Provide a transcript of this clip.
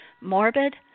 morbid